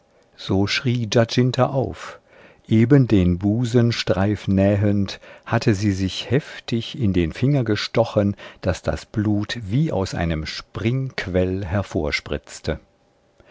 so schrie giacinta auf eben den busenstreif nähend hatte sie sich heftig in den finger gestochen daß das blut wie aus einem springquell